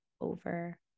over